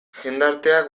jendarteak